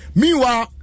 meanwhile